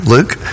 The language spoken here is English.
Luke